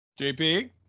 jp